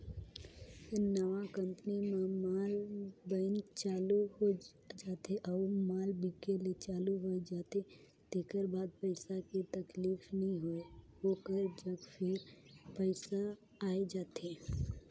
नवा कंपनी म माल बइन चालू हो जाथे अउ माल बिके ले चालू होए जाथे तेकर बाद पइसा के तकलीफ नी होय ओकर जग फेर पइसा आए जाथे